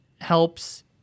helps